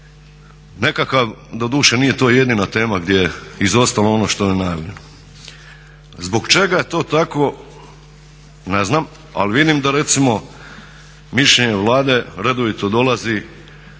nekakav, doduše nije to jedina tema gdje je izostalo ono što je najavljeno. Zbog čega je to tako ne znam, ali vidim da recimo mišljenje Vlade redovito dolazi